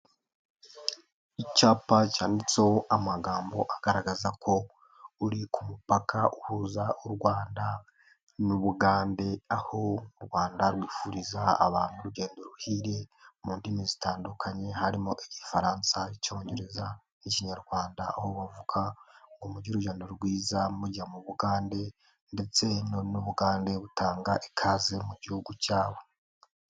Icyapa cyanditseho amagambo agaragaza ko uri ku mupaka uhuza u Rwanda n'Ubugande, aho u Rwanda rwifuriza abantu urugendo ruhire mu ndimi zitandukanye harimo igifaransa, icyongereza n'Ikinyarwanda, aho bavuga ngo mugire urugendo rwiza mujya mu Bugande ndetse n'Ubugande butanga ikaze mu gihugu cyabo.